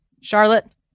Charlotte